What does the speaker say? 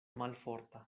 malforta